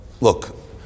look